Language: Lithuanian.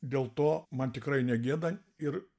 dėl to man tikrai ne gėda ir